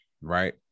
right